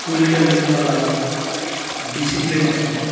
స్కూల్కు వెళ్ళటం వల్ల డిసిప్లయిన్ వస్తుంది